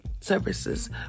Services